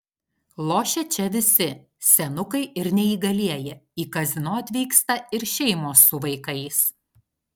lošia čia visi senukai ir neįgalieji į kazino atvyksta ir šeimos su vaikais